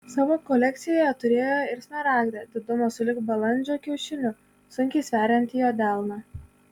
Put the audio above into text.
savo kolekcijoje turėjo ir smaragdą didumo sulig balandžio kiaušiniu sunkiai sveriantį jo delną